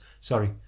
sorry